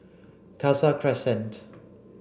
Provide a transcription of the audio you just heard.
Khalsa Crescent